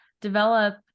develop